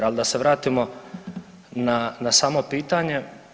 Ali da se vratimo na samo pitanje.